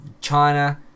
China